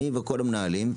אני וכל המנהלים,